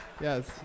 Yes